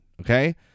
Okay